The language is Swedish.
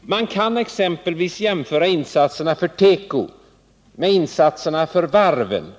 Man kan exempelvis jämföra insatserna för teko med insatserna för varven.